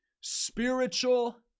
Spiritual